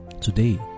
Today